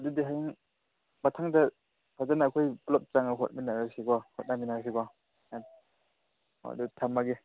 ꯑꯗꯨꯗꯤ ꯍꯌꯦꯡ ꯃꯊꯪꯗ ꯐꯖꯅ ꯑꯩꯈꯣꯏ ꯄꯨꯂꯞ ꯆꯪꯉꯒ ꯍꯣꯠꯃꯤꯟꯅꯔꯁꯤꯀꯣ ꯍꯣꯠꯅꯃꯤꯟꯅꯔꯁꯤꯀꯣ ꯍꯣꯏ ꯑꯗꯨꯗꯤ ꯊꯝꯃꯒꯦ